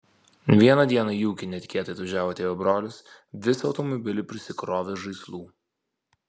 vieną dieną į ūkį netikėtai atvažiavo tėvo brolis visą automobilį prisikrovęs žaislų